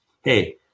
Hey